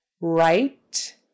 right